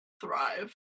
thrive